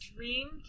dream